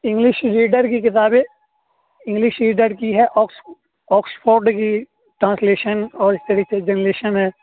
English reader کی کتابیں English reader کی ہے آکسفورڈ کی ٹرانسلیشن اور اس طریقے سے جنریشن ہے